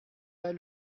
pas